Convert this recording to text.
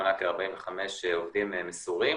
מונה 45 עובדים מסורים,